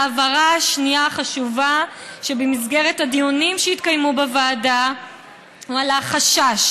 וההבהרה השנייה החשובה היא שבמסגרת הדיונים שהתקיימו בוועדה עלה חשש